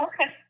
Okay